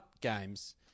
games